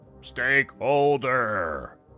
Stakeholder